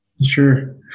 Sure